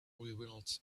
reveals